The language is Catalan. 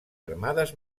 armades